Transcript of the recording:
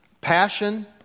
Passion